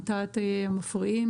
הרתעת המפריעים